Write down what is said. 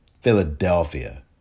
Philadelphia